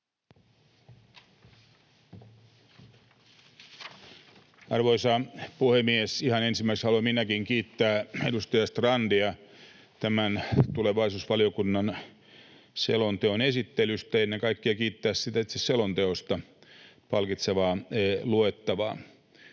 Arvoisa puhemies! Ihan ensimmäiseksi haluan minäkin kiittää edustaja Strandia tämän tulevaisuusvaliokunnan selonteon esittelystä ja ennen kaikkea kiittää siitä itse selonteosta. Palkitsevaa luettavaa.